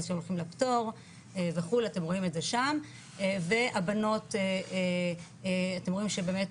שהולכים לפטור וכו' אתם רואים את זה שם והבנות אתם רואים שבאמת